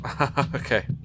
Okay